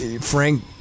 Frank